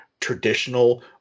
traditional